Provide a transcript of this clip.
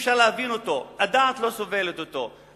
שאי-אפשר להבין אותו, הדעת לא סובלת אותו.